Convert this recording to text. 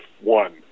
one